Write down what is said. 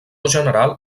general